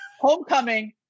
Homecoming